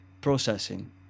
processing